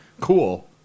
cool